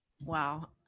wow